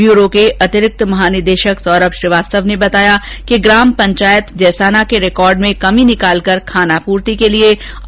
bureau के अतिरिक्त महानिदेशक सौरभ श्रीवास्तव ने बताया कि ग्राम पंचायत जेसाना के रिकॉर्ड में कमी निकालकर खानापूर्ति के लिए आरोपी रिश्वत मांग रहे थे